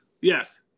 Yes